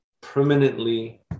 permanently